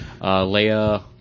Leia